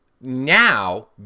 now